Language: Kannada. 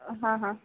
ಹಾಂ ಹಾಂ